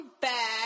back